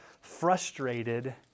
frustrated